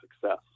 success